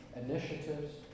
initiatives